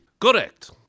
Correct